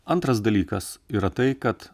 antras dalykas yra tai kad